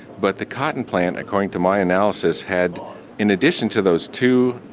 but the cotton plant, according to my analysis, had in addition to those two,